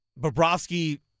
Bobrovsky